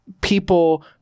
people